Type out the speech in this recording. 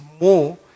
more